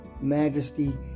majesty